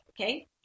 Okay